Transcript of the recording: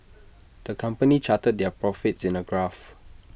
the company charted their profits in A graph